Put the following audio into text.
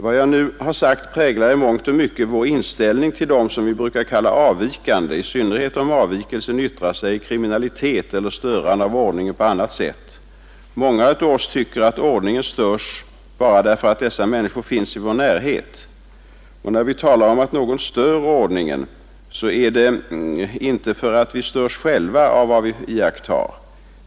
Vad jag nu har sagt präglar i mångt och mycket vår inställning till dem som vi brukar kalla avvikande, i synnerhet om avvikelserna yttrar sig i kriminalitet eller störande av ordningen på annat sätt. Många av oss tycker att ordningen störs bara därför att dessa människor finns i vår närhet. När vi talar om att någon stör ordningen är det inte för att vi störs själva av vad vi iakttar.